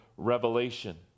revelation